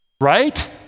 Right